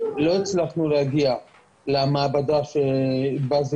אבל לא הצלחנו להגיע למעבדה שבה זה